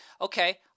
Okay